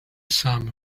summer